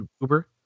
Uber